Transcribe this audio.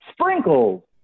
Sprinkle